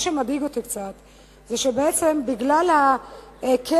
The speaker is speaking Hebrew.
מה שמדאיג אותי קצת זה שבעצם בגלל הכאוס